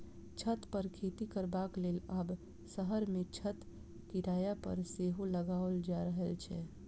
छत पर खेती करबाक लेल आब शहर मे छत किराया पर सेहो लगाओल जा रहल छै